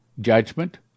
Judgment